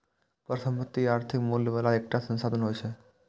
परिसंपत्ति आर्थिक मूल्य बला एकटा संसाधन होइ छै